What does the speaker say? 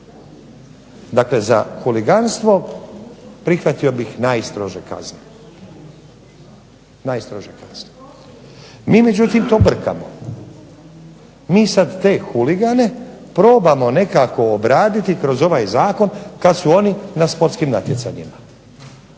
Dakle, za huliganstvo prihvatio bih najstrože kazne. Mi međutim to brkamo. Mi sad te huligane probamo nekako obraditi kroz ovaj zakon kad su oni na sportskim natjecanjima.